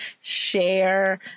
share